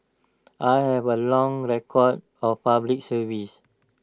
I have A long record of Public Service